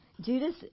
Judas